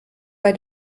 bei